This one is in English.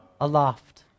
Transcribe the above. Aloft